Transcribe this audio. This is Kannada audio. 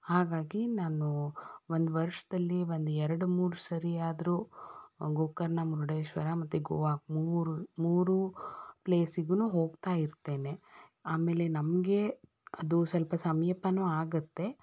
ಹಾಗಾಗಿ ನಾನು ಒಂದು ವರ್ಷದಲ್ಲಿ ಒಂದು ಎರಡು ಮೂರು ಸರಿಯಾದ್ರೂ ಗೋಕರ್ಣ ಮುರುಡೇಶ್ವರ ಮತ್ತು ಗೋವ ಮೂರು ಮೂರು ಪ್ಲೇಸಿಗು ಹೋಗ್ತಾ ಇರ್ತೇನೆ ಆಮೇಲೆ ನಮಗೆ ಅದು ಸ್ವಲ್ಪ ಸಮೀಪವು ಆಗುತ್ತೆ